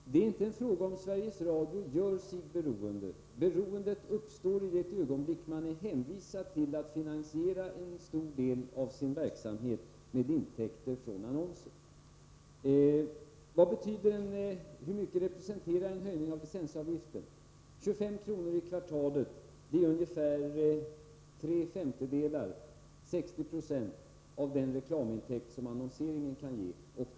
Herr talman! Det är inte en fråga om huruvida Sveriges Radio gör sig beroende. Beroendet uppstår i det ögonblick man är hänvisad till att finansiera en stor del av sin verksamhet med intäkter från annonser. Hur mycket representerar en höjning av licensavgiften? 25 kr. i kvartalet är ungefär tre femtedelar, 60 26, av den reklamintäkt som annonseringen kan ge.